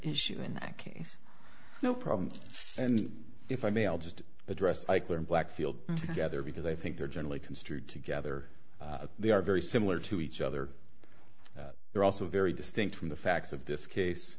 issue in that case no problem and if i may i'll just address eichler and blackfield together because i think they're generally construed together they are very similar to each other they're also very distinct from the facts of this